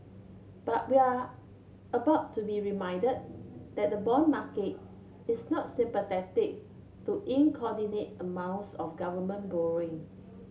but we are about to be reminded that the bond market is not sympathetic to amounts of government borrowing